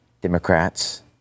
Democrats